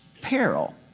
peril